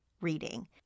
Reading